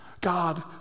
God